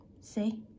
See